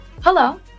Hello